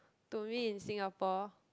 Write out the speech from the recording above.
to me in Singapore